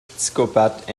psychopathe